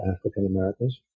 African-Americans